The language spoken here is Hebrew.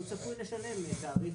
הוא צפוי לשלם תעריף.